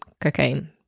cocaine